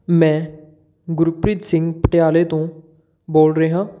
ਮੈਂ ਗੁਰਪ੍ਰੀਤ ਸਿੰਘ ਪਟਿਆਲੇ ਤੋਂ ਬੋਲ ਰਿਹਾ